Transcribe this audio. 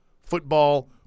football